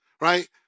right